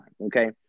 okay